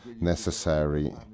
necessary